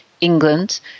England